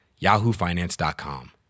yahoofinance.com